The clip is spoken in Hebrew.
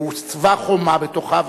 הוצבה חומה בתוכו,